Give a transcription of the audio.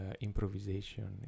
improvisation